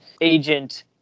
agent